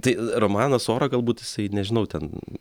tai romanas oro galbūt jisai nežinau ten